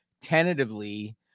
tentatively